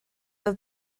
iddo